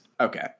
okay